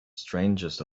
strangest